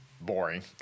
boring